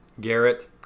Garrett